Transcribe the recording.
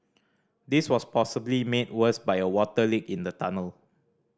this was possibly made worse by a water leak in the tunnel